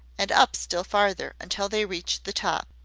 and up still farther until they reached the top.